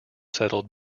settled